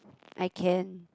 I can